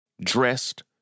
dressed